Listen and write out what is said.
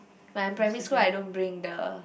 when I'm in primary school I don't bring the